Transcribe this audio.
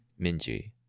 Minji